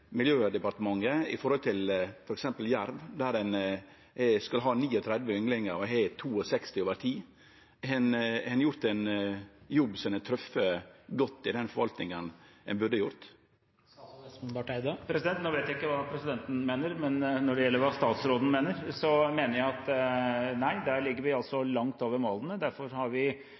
miljødepartementet når det gjeld f.eks. jerv, der ein skal ha 39 ynglingar og har hatt 62 over tid? Har ein gjort ein jobb som har treft godt i den forvaltinga ein burde ha hatt? Nå vet jeg ikke hva presidenten mener, men når det gjelder hva statsråden mener, mener jeg at vi der ligger langt over målene. Derfor har vi